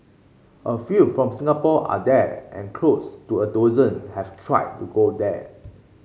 a few from Singapore are there and close to a dozen have tried to go there